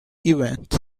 event